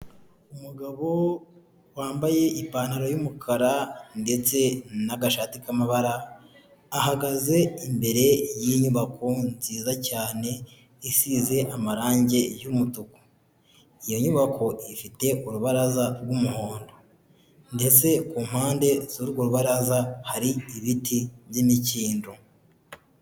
Umugabo wambaye ipantaro y'umukara ndetse n'agashati k'amabara, ahagaze imbere y'inyubako nziza cyane isize amarange y'umutuku. Iyo nyubako ifite urubaraza rw'umuhondo ndetse ku mpande z'urwo rubaraza hari ibiti by'imikindo.